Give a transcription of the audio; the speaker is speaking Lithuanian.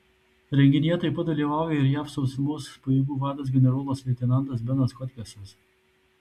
renginyje taip pat dalyvauja ir jav sausumos pajėgų vadas generolas leitenantas benas hodgesas